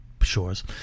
shores